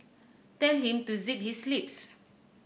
tell him to zip his lips